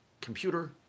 computer